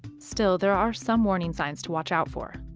still, there are some warning signs to watch out for.